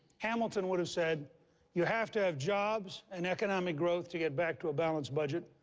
hamilton would have said you have to have jobs and economic growth to get back to a balanced budget.